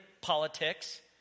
politics